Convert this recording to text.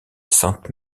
sainte